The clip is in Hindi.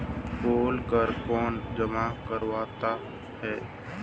पोल कर कौन जमा करवाता है?